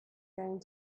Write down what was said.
going